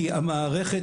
כי המערכת,